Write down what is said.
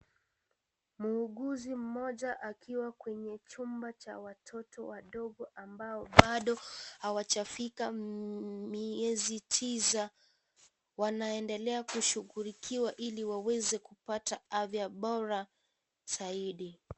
Muuguzi mmoja akiwa kwenye chumba cha watoto wadogo ambao bado hawajafika miezi tisa , wanaendelea kushughulikiwa ili waweze kupata afya bora zaidi.